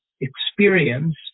experience